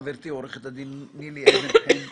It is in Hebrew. חברתי עורכת דין נילי אבן-חן,